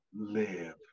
live